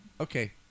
Okay